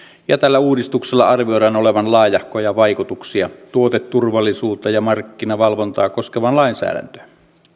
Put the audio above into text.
ja tällä uudistuksella arvioidaan olevan laajahkoja vaikutuksia tuoteturvallisuutta ja markkinavalvontaa koskevaan lainsäädäntöön